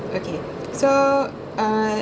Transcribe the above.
okay so uh